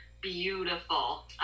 beautiful